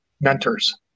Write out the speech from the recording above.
mentors